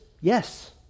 yes